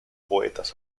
poetas